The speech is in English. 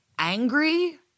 angry